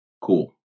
Cool